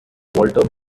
walter